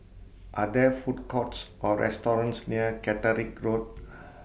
Are There Food Courts Or restaurants near Caterick Road